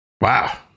Wow